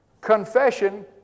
confession